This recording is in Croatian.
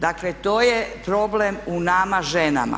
Dakle, to je problem u nama ženama.